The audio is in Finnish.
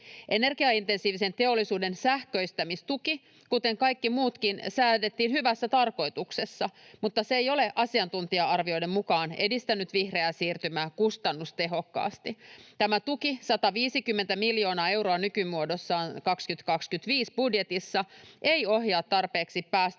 Energiaintensiivisen teollisuuden sähköistämistuki kuten kaikki muutkin säädettiin hyvässä tarkoituksessa, mutta se ei ole asiantuntija-arvioiden mukaan edistänyt vihreää siirtymää kustannustehokkaasti. Tämä tuki, 150 miljoonaa euroa nykymuodossaan vuoden 2025 budjetissa, ei ohjaa tarpeeksi päästöjen